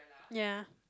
ya